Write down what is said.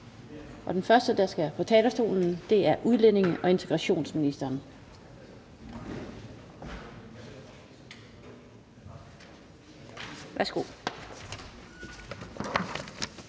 Den første, der skal på talerstolen, er udlændinge- og integrationsministeren.